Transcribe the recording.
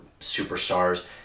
superstars